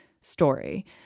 story